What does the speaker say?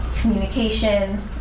communication